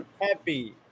happy